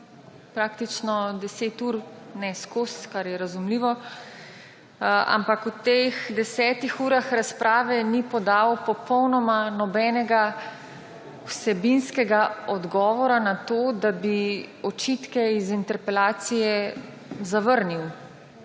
praktično 10 ur, ne vseskozi, kar je razumljivo, ampak v teh 10 urah razprave ni podal popolnoma nobenega vsebinskega odgovora na to, da bi očitke iz interpelacije zavrnil.